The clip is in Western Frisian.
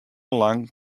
lang